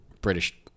British